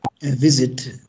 visit